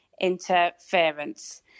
interference